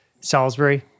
Salisbury